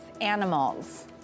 animals